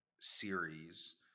series